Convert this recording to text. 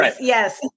yes